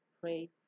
pray